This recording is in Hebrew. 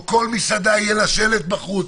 או לכל מסעדה יהיה שלט בחוץ,